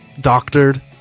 doctored